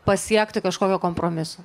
pasiekti kažkokio kompromiso